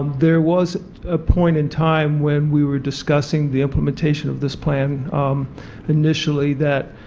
there was a point in time when we were discussing the implementation of this plan initially that